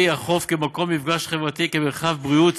החוף כמקום מפגש חברתי וכמרחב בריאות,